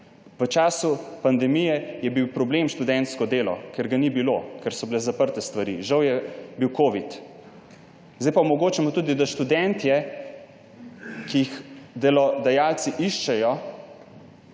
V času pandemije je bil problem študentsko delo, ker ga ni bilo, ker so bile stvari zaprte, žal je bil covid, zdaj pa omogočamo, da tudi študentom, ki jih delodajalci iščejo,